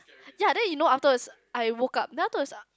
yea then you know after us I woke up then I thought is a